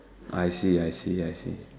I see I see I see